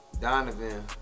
Donovan